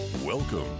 Welcome